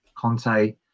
Conte